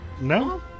No